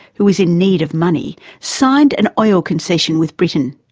who was in need of money, signed an oil concession with britain.